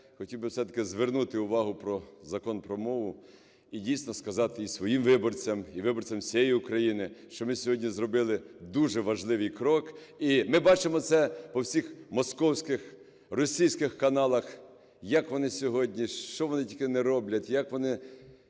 хотів би все-таки звернути увагу на Закон про мову. І дійсно сказати і своїм виборцям, і виборцям всієї України, що ми сьогодні зробили дуже важливий крок. І ми бачимо це по всіх московських, російських каналах, як вони сьогодні, що вони тільки не роблять, все